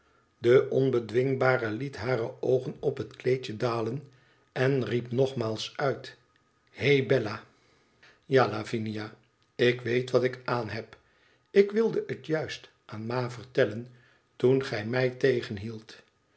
de onbedwingbare liet hare oogen op het kleedje dalen en riep nogmaals uit f hé bella tja lavinia ik weet wat ik aanheb ik wilde het juist aan ma vertellen toen gij mij